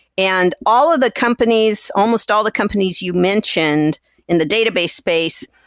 and all of the companies, almost all the companies you've mentioned in the database space,